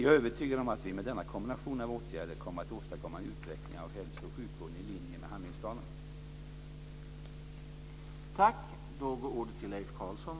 Jag är övertygad om att vi med denna kombination av åtgärder kommer att åstadkomma en utveckling av hälso och sjukvården i linje med handlingsplanen.